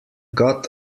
got